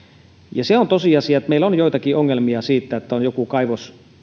ja se on tosiasia että meillä on joitakin ongelmia siitä että on joku kaivos